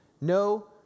No